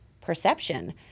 perception